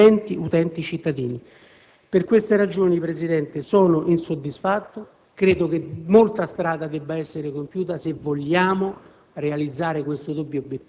dagli utenti, dagli utenti cittadini. Per queste ragioni, Presidente, sono insoddisfatto. Credo che molta strada debba essere compiuta se vogliamo